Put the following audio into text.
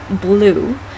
blue